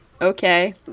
okay